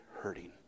hurting